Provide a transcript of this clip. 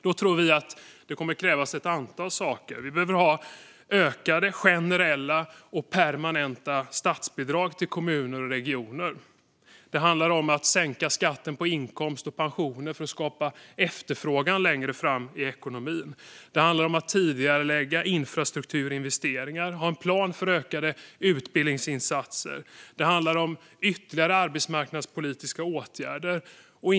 Då tror vi att det kommer att krävas ett antal saker. Vi behöver ha ökade generella och permanenta statsbidrag till kommuner och regioner. Det handlar om att sänka skatten på inkomster och pensioner för att skapa efterfrågan längre fram i ekonomin. Det handlar om att tidigarelägga infrastrukturinvesteringar och att ha en plan för ökade utbildningsinsatser. Det handlar om ytterligare arbetsmarknadspolitiska åtgärder för snabb omställning.